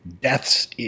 deaths